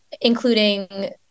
including